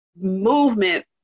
movement